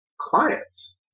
clients